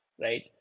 right